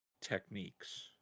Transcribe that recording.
techniques